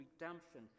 redemption